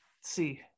see